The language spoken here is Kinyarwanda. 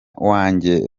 wanjye